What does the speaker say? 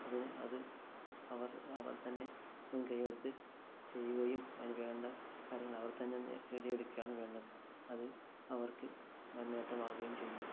അതിന് അത് അവർ അവർ തന്നെ മുൻകൈ എടുത്ത് ചെയ്യുകയും അതിന് വേണ്ട കാര്യങ്ങൾ അവർ തന്നെ നേടിയെടുക്കുകയാണ് വേണ്ടത് അത് അവർക്ക് വൻ നേട്ടമാവുകയും ചെയ്യും